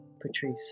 Patrice